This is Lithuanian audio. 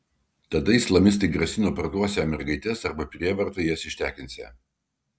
tada islamistai grasino parduosią mergaites arba prievarta jas ištekinsią